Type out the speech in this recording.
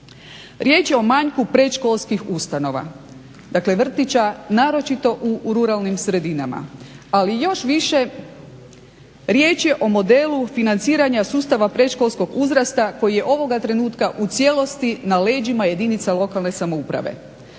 Riječ je o manjku predškolskih ustanova dakle vrtića, naročito u ruralnim sredinama, ali još više riječ je o modelu financiranja sustava predškolskog uzrasta koji je ovoga trenutka u cijelosti na leđima jedinica lokalne samouprave.